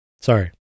Sorry